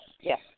Yes